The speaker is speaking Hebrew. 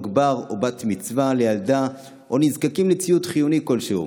בר או בת מצווה לילדה או נזקקים לציוד חיוני כלשהו,